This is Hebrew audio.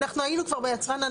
אנחנו היינו כבר ביצרן.